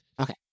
Okay